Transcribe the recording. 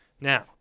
Now